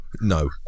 no